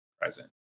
present